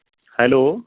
hello